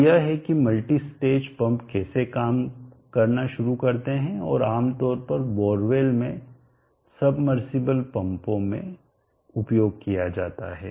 तो यह है कि मल्टी स्टेज पंप कैसे काम करना शुरू करते हैं और आमतौर पर बोरवेल में सबमर्सिबल पंपों में उपयोग किया जाता है